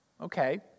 Okay